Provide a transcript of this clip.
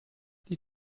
die